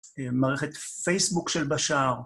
מערכת פייסבוק של בשאר.